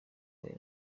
mbere